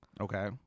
Okay